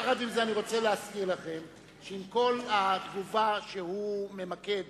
יחד עם זה אני רוצה להזכיר לכם שעם כל התגובה שהוא ממקד